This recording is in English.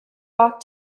walked